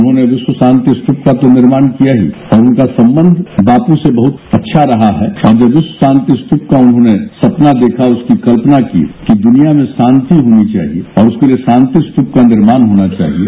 उन्होंने विश्व शांति स्तूप का निर्माण तो किया ही उनका संबंध बापू से बड़ा अच्छा रहा है और जब विश्व शांति स्तूप का उन्होंने सपना देखा उसकी कल्पना कि दुनिया में शांति होनी चाहिये और उसके लिये शांति स्तूप का निर्माण होना चाहिये